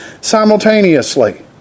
simultaneously